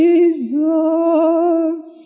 Jesus